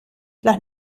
las